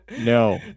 No